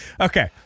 Okay